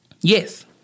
Yes